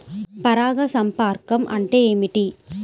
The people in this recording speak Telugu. పరాగ సంపర్కం అంటే ఏమిటి?